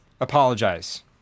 apologize